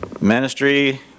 ministry